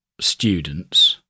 students